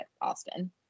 Austin